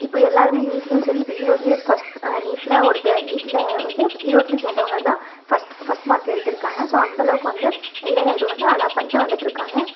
இப்போ எல்லாேருமே நீட்லேயும் சரி இப்போ ஈரோட்டிலே ஃபஸ்ட் நீட்டில் ஒருத்தர் நீட்டில் வந்து ஈரோட்டில் சேர்ந்தவங்கதான் ஃபஸ்ட் ஃபஸ்ட் மார்க் எடுத்திருக்காங்க ஸோ அந்தளவுக்கு வந்து இளைஞர்கள் வந்து அடாப் பண்ணிட்டு வந்துவிட்டு இருக்காங்க